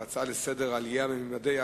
הצעות לסדר-היום מס' 1011,